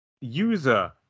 User